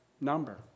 number